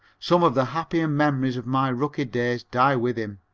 some of the happier memories of my rookie days die with him.